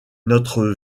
notre